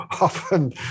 often